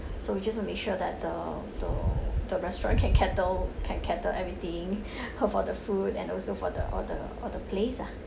so we just will make sure that the the the restaurant can cater can cater everything her for the food and also for the all the all the place lah